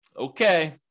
Okay